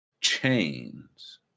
chains